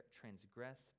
transgressed